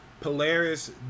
Polaris